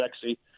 sexy